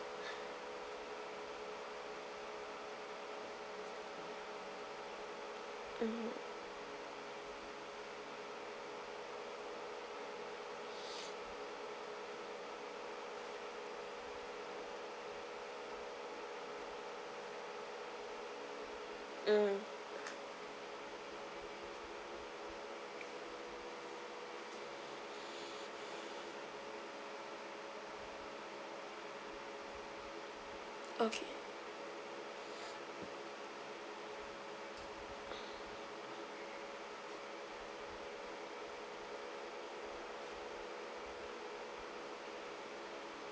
mmhmm mm okay